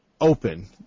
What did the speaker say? open